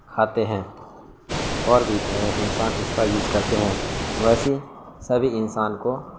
کھاتے ہیں اور بھی انسان اس کا یوز کرتے ہیں مویشی سبھی انسان کو